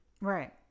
Right